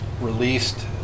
released